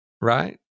right